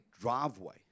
driveway